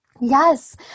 yes